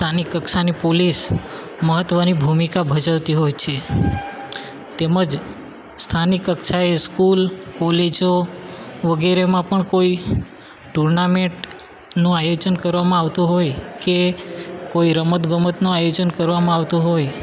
સ્થાનિક કક્ષાની પોલીસ મહત્ત્વની ભૂમિકા ભજવતી હોય છે તેમજ સ્થાનિક કક્ષાએ સ્કૂલ કોલેજો વગેરેમાં પણ કોઈ ટુર્નામેંટનો આયોજન કરવામાં આવતું હોય કે કોઈ રમતગમતનું આયોજન કરવામાં આવતું હોય